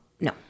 No